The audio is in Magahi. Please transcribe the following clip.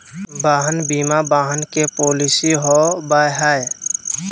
वाहन बीमा वाहन के पॉलिसी हो बैय हइ